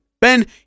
Ben